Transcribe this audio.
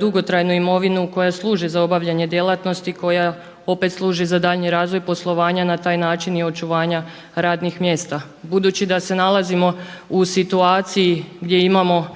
dugotrajnu imovinu koja služi za obavljanje djelatnosti koja opet služi za daljnji razvoj poslovanja, na taj način i očuvanja radnih mjesta. Budući da se nalazimo u situaciji gdje imamo